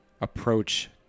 approach